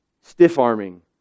stiff-arming